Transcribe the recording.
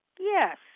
Yes